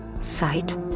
Sight